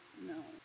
No